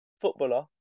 footballer